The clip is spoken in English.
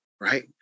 right